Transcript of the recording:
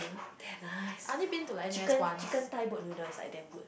damn nice chicken chicken Thai boat noodles is like damn good